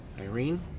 Irene